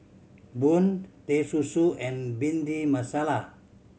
bun Teh Susu and Bhindi Masala